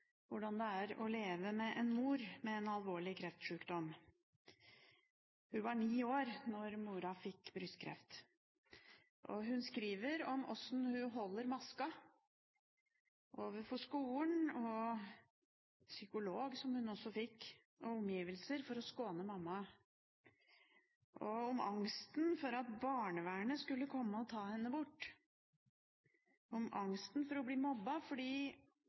hvordan det er å leve med en mor med en alvorlig kreftsykdom. Hun var ni år da moren fikk brystkreft. Hun skriver om hvordan hun holder masken overfor skolen, psykologen – som hun også fikk – og omgivelsene for å skåne mamma, og om angsten for at barnevernet skulle komme og ta henne bort, om angsten for å bli mobbet fordi